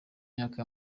myaka